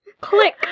Click